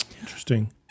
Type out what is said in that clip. Interesting